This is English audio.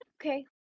okay